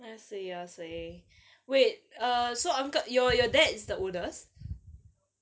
I see I see wait err so uncle your your dad is the oldest